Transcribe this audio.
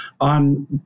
on